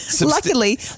Luckily